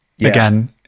again